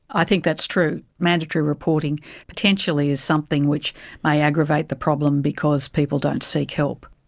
i think that's true. mandatory reporting potentially is something which may aggravate the problem because people don't seek help.